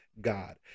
God